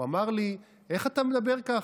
הוא אמר לי: איך אתה מדבר ככה?